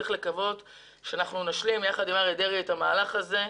צריך לקוות שאנחנו נשלים יחד עם אריה דרעי את המהלך הזה.